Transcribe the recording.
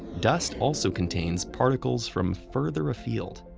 dust also contains particles from further afield.